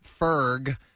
Ferg